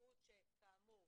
התיעוד שכאמור